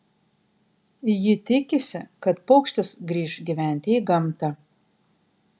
ji tikisi kad paukštis grįš gyventi į gamtą